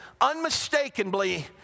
unmistakably